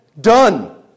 done